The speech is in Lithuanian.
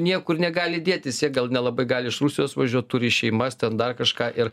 niekur negali dėtis jie gal nelabai gali iš rusijos važiuot turi šeimas ten dar kažką ir